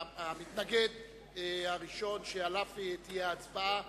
המתנגד הראשון להצעת החוק שעליה תהיה ההצבעה,